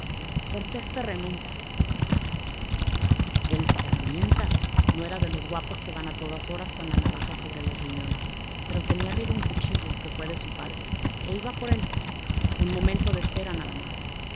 prtes ferramenta él herramienta no era de los guapos que van a todas horas con la navaja sobre los riñones pero tenía arriba un cuchillo que fue de su padre e iba por él un momento de espera nada más